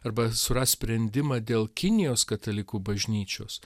arba surast sprendimą dėl kinijos katalikų bažnyčios